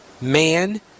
man